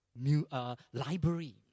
library